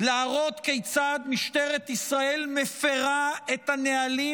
להראות כיצד משטרת ישראל מפירה את הנהלים